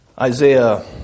Isaiah